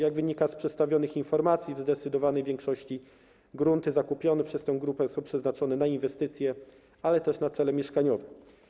Jak wynika z przedstawionych informacji, w zdecydowanej większości grunty zakupione przez tę grupę osób są przeznaczone na inwestycje, ale też na cele mieszkaniowe.